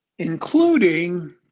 Including